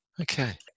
Okay